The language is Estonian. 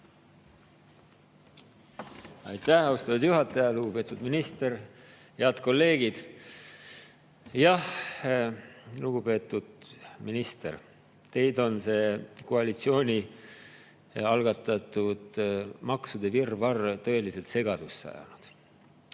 Aitäh, austatud juhataja! Lugupeetud minister! Head kolleegid! Jah, lugupeetud minister, teid on see koalitsiooni algatatud maksude virvarr tõeliselt segadusse ajanud.